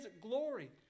glory